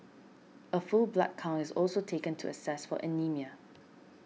a full blood count is also taken to assess for anaemia